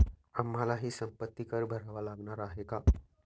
आम्हालाही संपत्ती कर भरावा लागणार आहे का?